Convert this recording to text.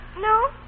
No